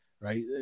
right